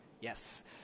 Yes